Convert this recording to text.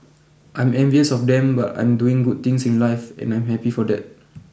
I'm envious of them but I'm doing good things in life and I'm happy for that